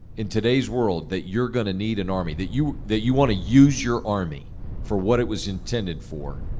in today's world, that you're going to need an army, that you that you want to use your army for what it was intended for,